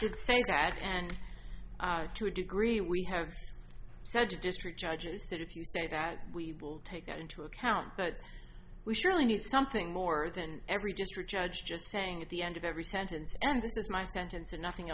did say that and to a degree we have said to district judges that if you say that we will take that into account but we surely need something more than every district judge just saying at the end of every sentence and this is my sentence and nothing